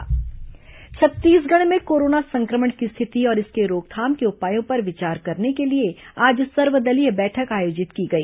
राज्यपाल कोरोना समीक्षा छत्तीसगढ़ में कोरोना संक्रमण की स्थिति और इसके रोकथाम के उपायों पर विचार करने के लिए आज सर्वदलीय बैठक आयोजित की गई